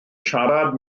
siarad